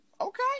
okay